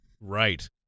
Right